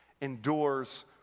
endures